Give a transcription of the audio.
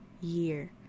year